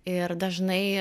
ir dažnai